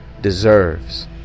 deserves